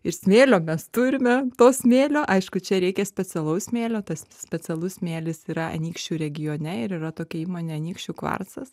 ir smėlio mes turime to smėlio aišku čia reikia specialaus smėlio tas specialus smėlis yra anykščių regione ir yra tokia įmonė anykščių kvarcas